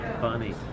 Funny